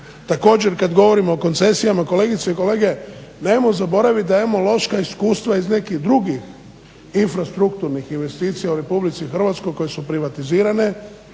Također, kad govorimo o koncesijama, kolegice i kolege nemojmo zaboravit da imamo loša iskustva iz nekih drugih infrastrukturnih investicija u RH koje su privatizirane.